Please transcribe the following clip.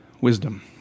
Wisdom